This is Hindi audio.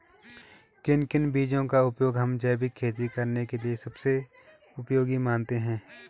किन किन बीजों का उपयोग हम जैविक खेती करने के लिए सबसे उपयोगी मानते हैं?